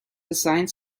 designed